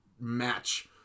match